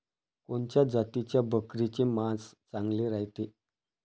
कोनच्या जातीच्या बकरीचे मांस चांगले रायते?